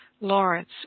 Lawrence